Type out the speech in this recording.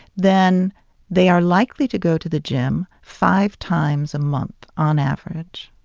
then they are likely to go to the gym five times a month on average.